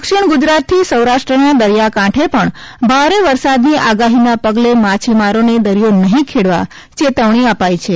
દક્ષિણ ગુજરાત થી સૌરાષ્ટ્રના દરિયાકાંઠે પણ ભારે વરસાદની આગાહીના પગલે માછીમારોને દરિયો નહીં ખેડવા ચેતવણી અપાઇ છે